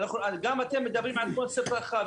גם אתם מדברים על קונספט רחב.